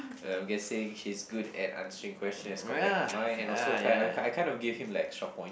I'm guessing he's good at answering questions compared to mine and also kind I kind kind of gave him like extra points